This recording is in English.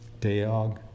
Deog